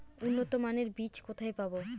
উন্নতমানের বীজ কোথায় পাব?